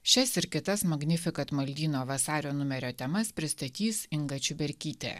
šias ir kitas magnifikat maldyno vasario numerio temas pristatys inga čiuberkytė